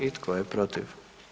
I tko je protiv?